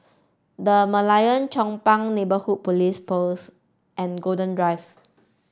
the Merlion Chong Pang Neighbourhood Police Post and Golden Drive